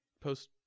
post